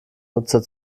nutzer